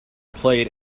played